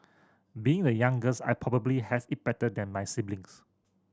being the youngest I probably has it better than my siblings